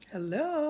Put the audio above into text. Hello